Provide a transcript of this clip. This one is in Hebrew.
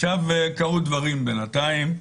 קרו דברים בינתיים,